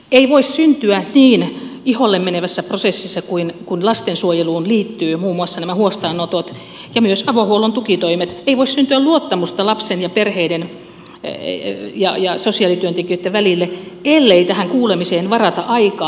ei voi syntyä niin iholle menevässä prosessissa kuin lastensuojeluun liittyy muun muassa nämä huostaanotot ja myös avohuollon tukitoimet luottamusta lapsen ja perheiden ja sosiaalityöntekijöitten välille ellei tähän kuulemiseen varata aikaa